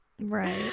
Right